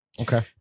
Okay